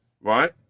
right